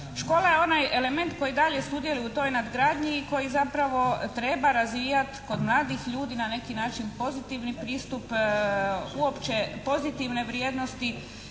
Škola je onaj element koji dalje sudjeluje u toj nadgradnji i koji zapravo treba razvijati kod mladih ljudi na neki način pozitivni pristup, uopće pozitivne vrijednosti